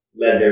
leather